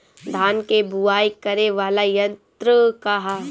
धान के बुवाई करे वाला यत्र का ह?